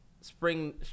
spring